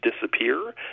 disappear